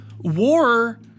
War